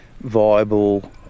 viable